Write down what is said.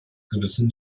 gewissen